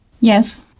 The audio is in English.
Yes